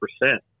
percent